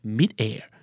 mid-air